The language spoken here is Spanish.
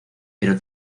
pero